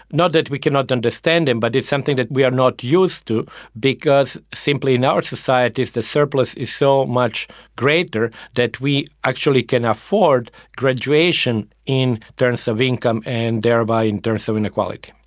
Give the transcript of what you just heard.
not that we cannot understand them, but it's something that we are not used to because simply in our societies the surplus is so much greater that we actually can afford graduation in terms of income and thereby in terms of inequality.